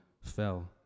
fell